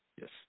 Yes